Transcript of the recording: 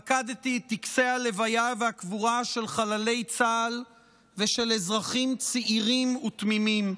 פקדתי את טקסי הלוויה והקבורה של חללי צה"ל ושל אזרחים צעירים ותמימים.